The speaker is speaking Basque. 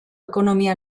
ekonomia